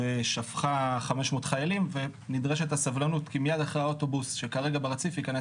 והורידה 500 חיילים ונדרשת סבלנות כי מיד אחרי האוטובוס שכרגע ברציף ייכנס